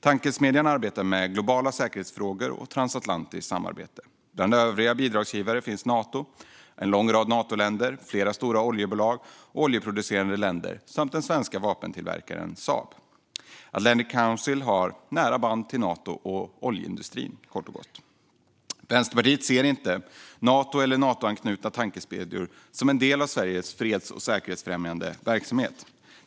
Tankesmedjan arbetar med globala säkerhetspolitiska frågor och transatlantiskt samarbete. Bland övriga bidragsgivare finns Nato, en lång rad Natoländer, flera stora oljebolag och oljeproducerande länder samt svenska vapentillverkaren Saab. Atlantic Council har kort och gott nära band till Nato och oljeindustrin. Vänsterpartiet ser inte Nato eller Natoanknutna tankesmedjor som en del av Sveriges freds och säkerhetsfrämjande verksamhet.